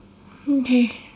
okay